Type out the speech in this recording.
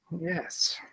Yes